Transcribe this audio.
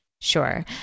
sure